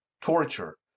torture